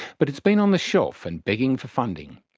but it's been on the shelf and begging for funding.